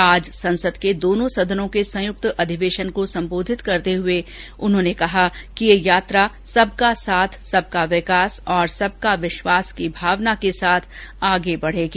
आज संसद के दोनों सदनों के संयुक्त अधिवेशन को संबोधित करते हुए उन्हों ने कहा कि यह यात्रा सबका साथ सबका विकास और सबका विश्वास की भावना के साथ आगे बढ़ेगी